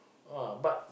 ah but